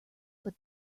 but